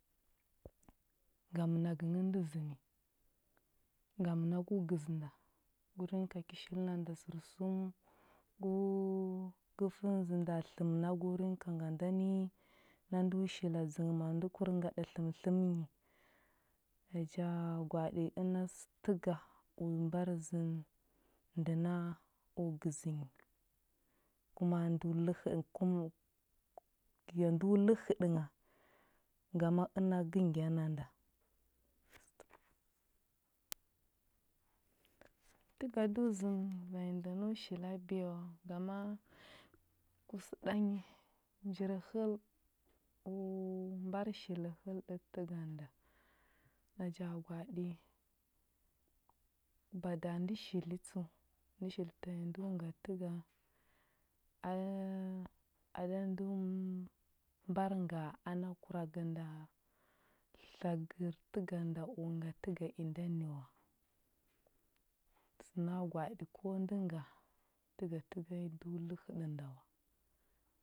Ngam nagə ngə ndə zəni. Ngam nago gəzə nda, go rinka ki shili nanda sərsum, go go fəndzə nda tləm nda ko rinka nga nda ni, na ndo shili dzə ghə ma ndə kur ngaɗə tləm tləm nyi. Naja gwaɗə sə təga o mbar zənə ndə na o gəzə nyi, kuma ndo ləhə kum ya ndo ləhəɗə ngha, ngama ŋa gə ngya na nda. Təga do zənə vanyi ndə no shili biya wa, ngama kusɗanyi njir həl o mbar shil həlɗə təga nda. Naja gwaɗi, bada ndə shili tsəu, ndə shili ta i ndo ga təga, a- a nda ndo-mbar nga ana kuragə nda tlagər təga nda o nga təga inda ni wa. Sə na gwaɗi ko ndə nga, təga təga nyi do ləhəɗə nda wa.